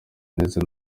neza